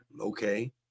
okay